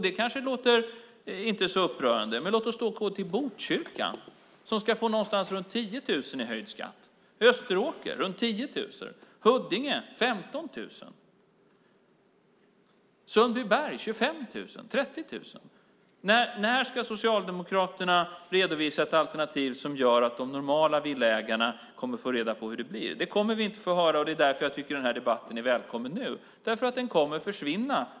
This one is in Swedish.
Det kanske inte låter så upprörande. Men låt oss då gå till Botkyrka, som ska få någonstans runt 10 000 i höjd skatt. I Österåker blir det också runt 10 000 och i Huddinge 15 000. I Sundbyberg får man 25 000-30 000 i höjd skatt. När ska Socialdemokraterna redovisa ett alternativ som gör att de som äger normala villor kommer att få reda på hur det blir? Det kommer vi inte att få höra. Det är därför jag tycker att debatten är välkommen nu. Den kommer nämligen att försvinna.